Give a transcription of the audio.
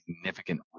significant